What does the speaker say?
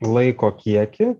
laiko kiekį